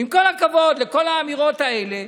עם כל הכבוד לכל האמירות האלה,